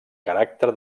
caràcter